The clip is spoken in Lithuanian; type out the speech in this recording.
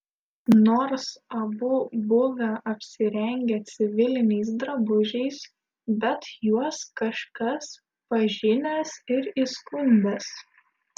nors abu buvę apsirengę civiliniais drabužiais bet juos kažkas pažinęs ir įskundęs